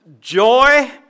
Joy